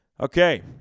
Okay